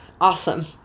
awesome